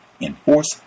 Enforce